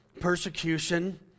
persecution